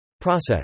process